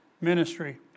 ministry